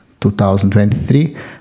2023